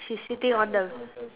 she sitting on the